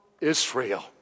Israel